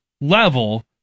level